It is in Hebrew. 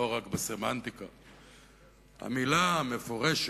המלה המפורשת,